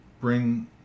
bring